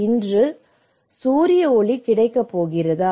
இன்று சூரிய ஒளி கிடைக்கப் போகிறதா